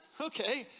Okay